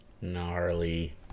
Gnarly